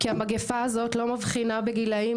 כי המגיפה הזאת לא מבחינה בגילאים,